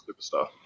superstar